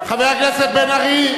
חבר הכנסת בן-ארי,